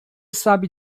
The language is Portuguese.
sabe